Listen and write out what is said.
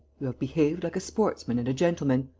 you have behaved like a sportsman and a gentleman.